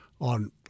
on